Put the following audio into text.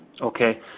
Okay